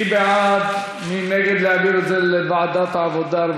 מי בעד ומי נגד להעביר את זה לוועדת העבודה,